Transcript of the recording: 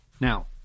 Now